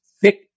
thick